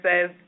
says